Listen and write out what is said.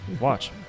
Watch